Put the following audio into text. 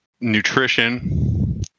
nutrition